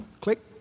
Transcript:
click